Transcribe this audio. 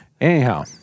Anyhow